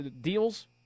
deals